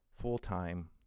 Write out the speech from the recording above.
full-time